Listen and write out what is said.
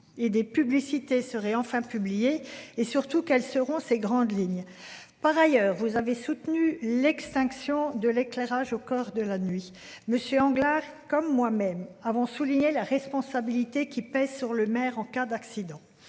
et des publicités seraient enfin publié et surtout quelles seront ses grandes lignes. Par ailleurs, vous avez soutenu l'extinction de l'éclairage au corps de la nuit Monsieur Anglade comme moi même avons souligné la responsabilité qui pèse sur le maire en cas d'accident.